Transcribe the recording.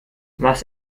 was